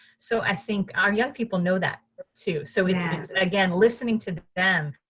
so i think our young people know that too. so it's again, listening to them